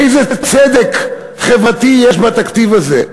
איזה צדק חברתי יש בתקציב הזה?